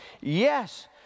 Yes